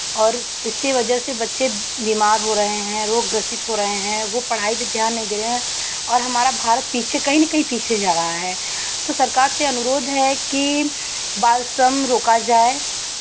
और इसी वजह से बच्चे बीमार हो रहे हैं रोग ग्रसित हो रहे हैं वो पढ़ाई पे ध्यान नहीं दे रहे हैं और हमारा भारत पीछे कहीं नहीं कहीं पीछे जा रहा है तो सरकार से अनुरोध है कि बाल श्रम रोका जाय